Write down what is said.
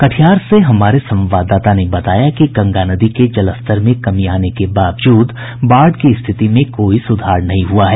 कटिहार से हमारे संवाददाता ने बताया कि गंगा नदी के जलस्तर में कमी आने के बावजूद बाढ़ की स्थिति में कोई सुधार नहीं हुआ है